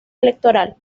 electoral